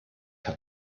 hat